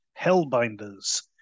Hellbinders